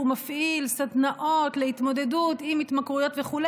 מפעיל סדנאות להתמודדות עם התמכרויות וכו',